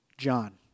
John